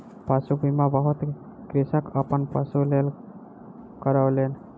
पशु बीमा बहुत कृषक अपन पशुक लेल करौलेन